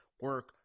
Work